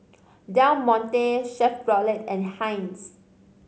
Del Monte Chevrolet and Heinz